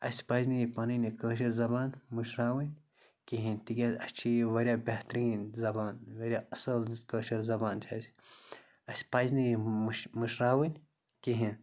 اَسہِ پَزِ نہٕ یہِ پَنٕنۍ یہِ کٲشِر زَبان مٔشراوٕنۍ کِہینۍ تِکیٛازِ اَسہِ چھِ یہِ واریاہ بہتریٖن زَبان واریاہ اَصٕل کٲشِر زَبان چھےٚ اَسہِ پَزۍ نہٕ یہِ مٔش مٔشراوٕنۍ کِہیٖنۍ